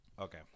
Okay